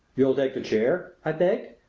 you'll take the chair? i begged.